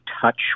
touch